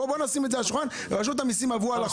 בואו נשים את זה על השולחן: רשות המסים עברו על החוק.